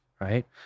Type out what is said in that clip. Right